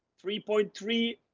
three point three,